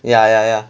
ya ya ya